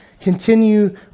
continue